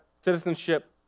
citizenship